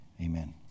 Amen